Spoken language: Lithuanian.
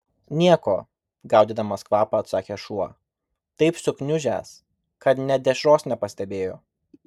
nieko gaudydamas kvapą atsakė šuo taip sugniužęs kad nė dešros nepastebėjo